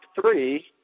three